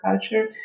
culture